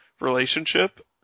relationship